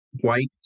white